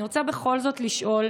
אני רוצה בכל זאת לשאול,